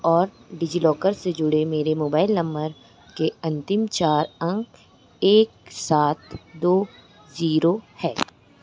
और डिजिलॉकर से जुड़े मेरे मोबाइल नंबर के अंतिम चार अंक एक सात दो ज़ीरो है